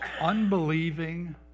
unbelieving